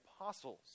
apostles